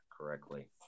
correctly